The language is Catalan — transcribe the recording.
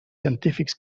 científics